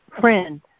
friend